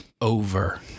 Over